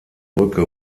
brücke